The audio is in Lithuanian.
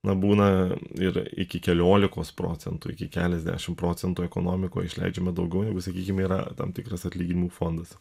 na būna ir iki keliolikos procentų iki keliasdešim procentų ekonomikoj išleidžiama daugiau negu sakykim yra tam tikras atlyginimų fondas